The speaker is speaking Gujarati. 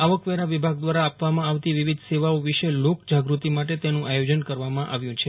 આવકવેરા વિભાગ દ્વારા આપવામાં આવતી વિવિધ સેવાઓ વિશે લોકજાગૂતિ માટે તેનું આયોજન કરવામાં આવ્યું છે